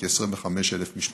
כ-25,000 משפחות.